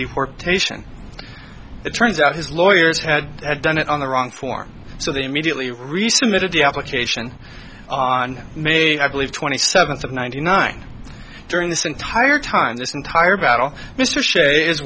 deportation it turns out his lawyers had done it on the wrong form so they immediately resubmitted the application are made i believe twenty seventh of ninety nine during this entire time this entire battle mr sha